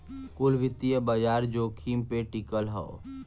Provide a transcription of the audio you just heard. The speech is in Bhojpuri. कुल वित्तीय बाजार जोखिम पे टिकल हौ